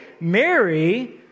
Mary